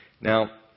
Now